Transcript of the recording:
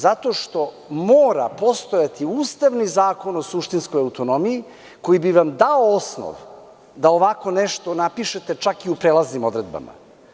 Zato što mora postojati ustavni zakon o suštinskoj autonomiji koji bi vam dao osnov da ovako nešto napišete čak i u prelaznim odredbama.